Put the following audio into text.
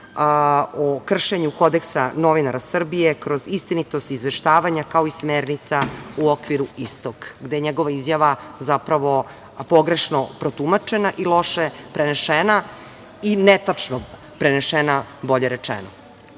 o kršenju kodeksa novinara Srbije kroz istinitost izveštavanja kao i smernica u okviru istog, gde je njegova izjava pogrešno protumačena i loše prenesena i netačno prenesena bolje rečeno. Jedno